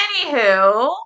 Anywho